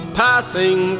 passing